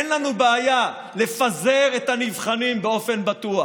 אין לנו בעיה לפזר את הנבחנים באופן בטוח,